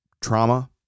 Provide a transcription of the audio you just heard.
trauma